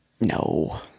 No